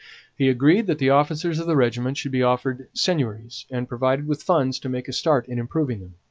he agreed that the officers of the regiment should be offered seigneuries, and provided with funds to make a start in improving them.